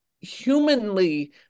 humanly